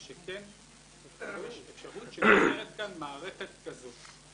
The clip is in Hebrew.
שכן יש אפשרות שנוצרת כאן מערכת כזאת.